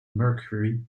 mercury